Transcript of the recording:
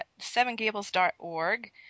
sevengables.org